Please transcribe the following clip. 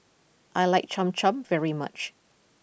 I like Cham Cham very much